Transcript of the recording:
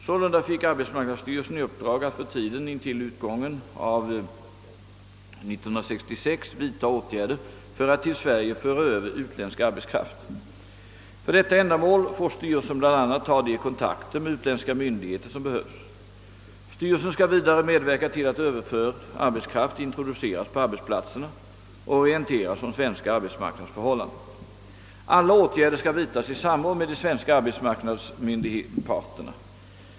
Sålunda fick arbetsmarknadsstyrelsen i uppdrag att för tiden intill utgången av år 1966 vidta åtgärder för att till Sverige föra över utländsk arbetskraft. För detta ändamål får styrelsen bl.a. ta de kontakter med utländska myndigheter som behövs. Styrelsen skall vidare medverka till att överförd arbetskraft introduceras på arbetsplatserna och orienteras om svenska arbetsmarknadsförhållanden. Alla åtgärder skall vidtas i samråd med de svenska arbetsmarknadsparterna.